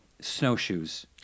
snowshoes